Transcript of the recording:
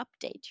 update